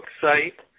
site